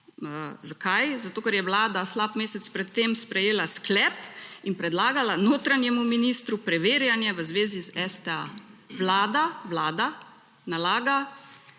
Zakaj? Zato, ker je vlada slab mesec pred tem sprejela sklep in predlagala notranjemu ministru preverjanje v zvezi z STA. Vlada, vlada nalaga,